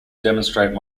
demonstrate